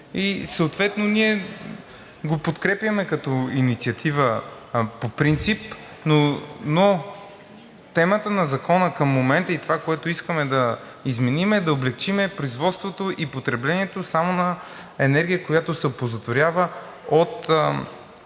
Съответно ние го подкрепяме като инициатива по принцип, но темата на Закона към момента и това, което искаме да изменим, е да облекчим производството и потреблението само на енергия, която се оползотворява от